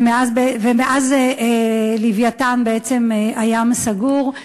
ומאז "לווייתן" הים בעצם סגור.